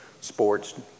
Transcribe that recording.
sports